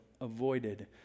avoided